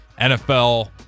NFL